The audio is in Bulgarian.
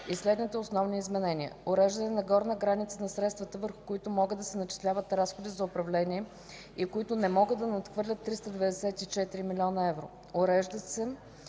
и следните основни изменения: уреждане на горна граница на средствата, върху които могат да се начисляват разходи за управление и които не могат да надхвърлят 349 000 000 евро;